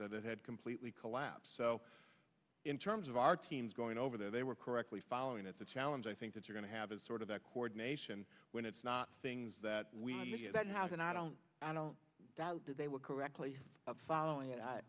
it had completely collapsed so in terms of our teams going over there they were correctly following it's a challenge i think it's going to have a sort of that coordination when it's not things that we that has and i don't i don't doubt that they were correctly following it